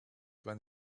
when